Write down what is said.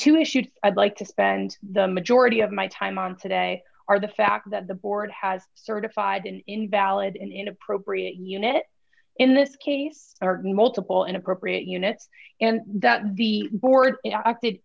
issues i'd like to spend the majority of my time on today are the fact that the board has certified an invalid inappropriate unit in this case are multiple inappropriate units and that the board